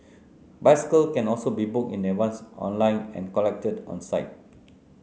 bicycle can also be booked in advance online and collected on site